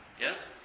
Yes